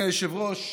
אדוני היושב-ראש,